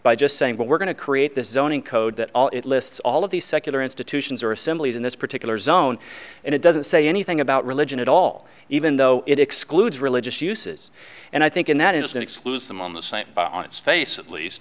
by just saying well we're going to create this zoning code that all it lists all of the secular institutions or assemblies in this particular zone and it doesn't say anything about religion at all even though it excludes religious uses and i think in that instance lose the mama st by on its face at least